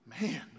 man